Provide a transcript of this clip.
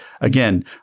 Again